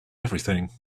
everything